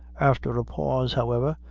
after a pause, however,